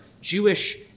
Jewish